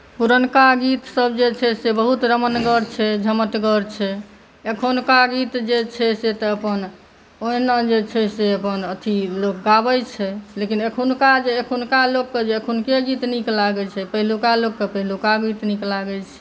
पुरनका गीत सभ जे छै से बहुत रमनगर छै झमटगर छै एखुनका गीत छै से अपन ओहिना जे छै से अपन ई गाबै छै लेकिन एखुनका जे एखुनका लोककेँ एखुनके गीत नीक लागै छै पहिलुका लोककेँ पहिलुका गीत नीक लागै छै